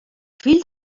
fill